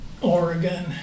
Oregon